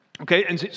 Okay